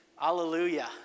Hallelujah